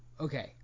Okay